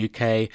UK